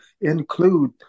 include